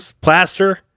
Plaster